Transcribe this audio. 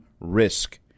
risk